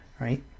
Right